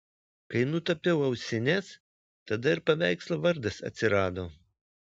kai nutapiau ausines tada ir paveikslo vardas atsirado